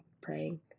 praying